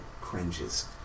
cringes